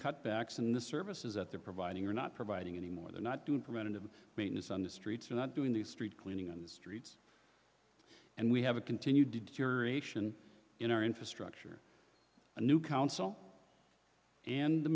cutbacks in the services that they're providing are not providing any more they're not doing preventative maintenance on the streets or not doing the street cleaning on the streets and we have a continued deterioration in our infrastructure a new council and the